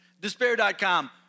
Despair.com